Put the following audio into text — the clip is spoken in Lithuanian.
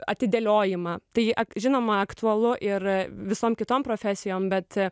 atidėliojimą tai ak žinoma aktualu ir visom kitom profesijom bet